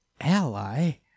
ally